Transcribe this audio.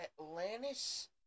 Atlantis